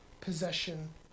possession